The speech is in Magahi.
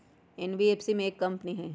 एन.बी.एफ.सी एक कंपनी हई?